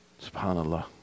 SubhanAllah